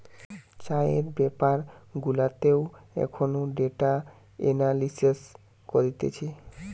চাষের বেপার গুলাতেও এখন ডেটা এনালিসিস করতিছে